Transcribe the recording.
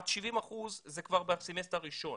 עד 70% זה כבר בסמסטר הראשון.